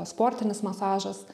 sportinis masažas